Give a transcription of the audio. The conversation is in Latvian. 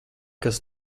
kas